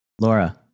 Laura